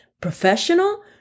professional